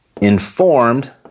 informed